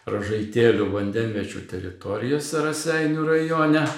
ražaitėlių vandenviečių teritorijose raseinių rajone